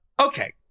Okay